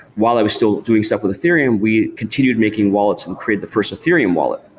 while i was still doing stuff with ethereum, we continued making wallets and created the first ethereum wallet.